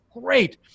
great